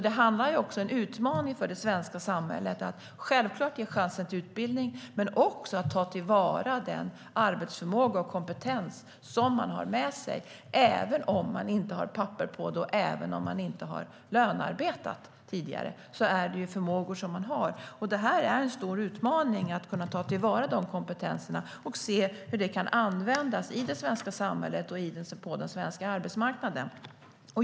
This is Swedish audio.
Det är en utmaning för det svenska samhället att ge chansen till utbildning men också ta till vara den arbetsförmåga och kompetens som dessa kvinnor har med sig. Även om man inte har papper på det och även om man inte har lönearbetat tidigare är det förmågor som man har. Det är en stor utmaning att ta till vara den kompetensen och se hur den kan användas i det svenska samhället och på den svenska arbetsmarknaden.